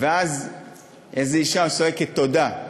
ואז איזו אישה צועקת: תודה.